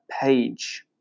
page